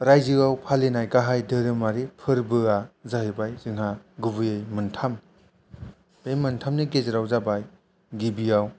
रायजोयाव फालिनाय गाहाय धोरोमारि फोरबोया जाहैबाय जोंहा गुबैयै मोनथाम बे मोनथामनि गेजेराव जाबाय गिबियाव